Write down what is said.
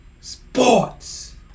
sports